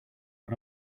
but